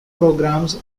programs